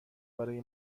برای